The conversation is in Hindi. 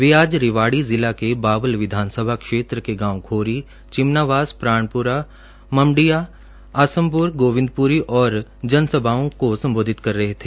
वे आज रेवाड़ी जिला के बावल विधानसभा क्षेत्र के गांव खोरी चिमनावास प्राणपुरा मामडिया आसमपुर गोविंदपुरी में जनसभाओं को संबोधित कर रहे थे